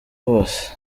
bose